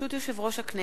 חברי הכנסת,